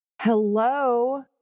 Hello